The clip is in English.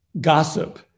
gossip